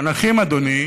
הנכים, אדוני,